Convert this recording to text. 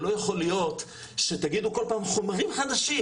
אבל לא יכול להיות שתגידו כל פעם 'חומרים חדשים'.